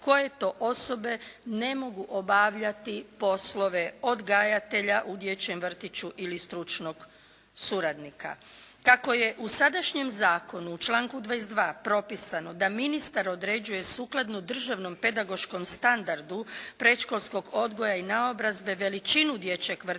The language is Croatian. koje to osobe ne mogu obavljati poslove odgajatelja u dječjem vrtiću ili stručnog suradnika. Tako je u sadašnjem zakonu u članku 22. propisano da ministar određuje sukladno državnom pedagoškom standardu predškolskog odgoja i naobrazbe, veličinu dječjeg vrtića